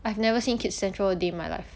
I have never seen kids central a day in my life